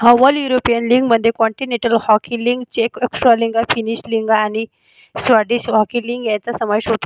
अव्वल युरोपियन लीगमध्ये continental hockey league चेक एक्स्ट्रालींगा फिनिश लीग आणि स्वाडिश हॉकी लीग यांचा समावेश होतो